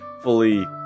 fully